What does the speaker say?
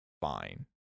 fine